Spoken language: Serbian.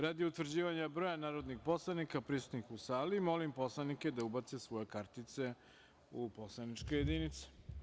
Radi utvrđivanja broja narodnih poslanika prisutnih u sali, molim poslanike da ubace svoje kartice u poslaničke jedinice.